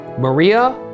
Maria